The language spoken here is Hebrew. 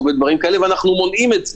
ואנחנו מונעים את זה.